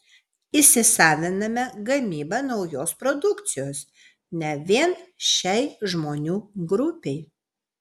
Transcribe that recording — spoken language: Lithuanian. įsisaviname gamybą naujos produkcijos ne vien šiai žmonių grupei